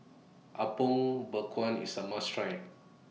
Apom Berkuah IS A must Try